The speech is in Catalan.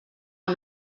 amb